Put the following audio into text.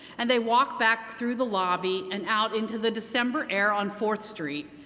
and they walk back through the lobby and out into the december air on fourth street,